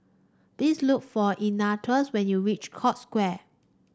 please look for Ignatius when you reach Scotts Square